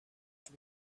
have